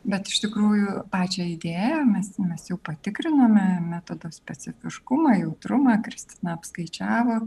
bet iš tikrųjų pačią idėją mes mes jau patikrinome metodo specifiškumą jautrumą kristina apskaičiavo